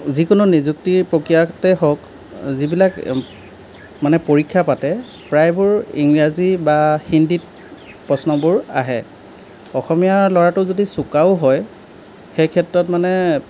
যিকোনো নিযুক্তি প্ৰক্ৰিয়াতেই হওঁক যিবিলাক মানে পৰীক্ষা পাতে প্ৰায়বোৰ ইংৰাজী বা হিন্দীত প্ৰশ্নবোৰ আহে অসমীয়া ল'ৰাটো যদি চোকাও হয় সেই ক্ষেত্ৰত মানে